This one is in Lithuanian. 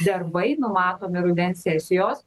darbai numatomi rudens sesijos